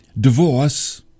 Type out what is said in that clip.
divorce